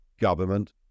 Government